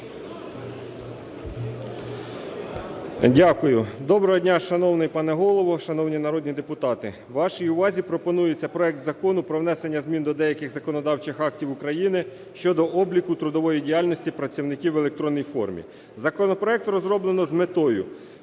Дякую. Доброго дня, шановний пане Голово, шановні народні депутати! Вашій увазі пропонується проект Закону про внесення змін до деяких законодавчих актів України щодо обліку трудової діяльності працівників в електронній формі. Законопроект розроблено з метою